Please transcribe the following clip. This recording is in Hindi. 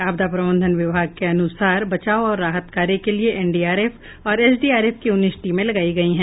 आपदा प्रबंधन विभाग के अनुसार बचाव और राहत कार्य के लिए एनडीआरएफ तथा एसडीआरएफ की उन्नीस टीमें लगाई गयी हैं